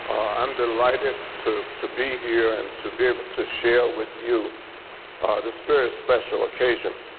i'm delighted to to be here and to be able to share with you this very special occasion.